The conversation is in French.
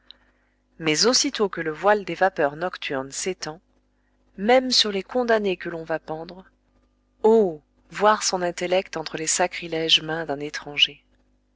mais aussitôt que le voile des vapeurs nocturnes s'étend même sur les condamnés que l'on va pendre oh voir son intellect entre les sacrilèges mains d'un étranger